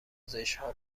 زشتها